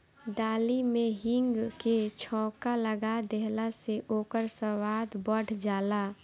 दाली में हिंग के छौंका लगा देहला से ओकर स्वाद बढ़ जाला